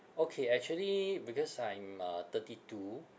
okay actually because I'm uh thirty two